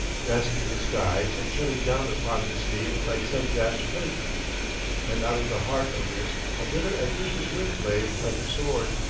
masking the skies and shutting down upon the sea like some vast curtain and out of the heart of this a bitter and vicious wind played like a sword.